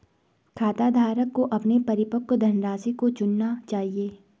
खाताधारक को अपने परिपक्व धनराशि को चुनना चाहिए